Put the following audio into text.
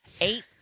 Eight